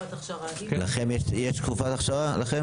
לכם יש תקופת אכשרה, לכם?